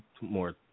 more